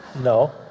No